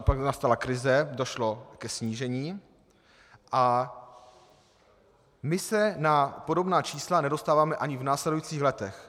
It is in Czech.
Pak nastala krize, došlo ke snížení, a my se na podobná čísla nedostáváme ani v následujících letech.